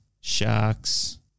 Sharks